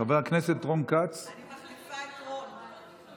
חבר הכנסת רון כץ.